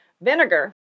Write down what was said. vinegar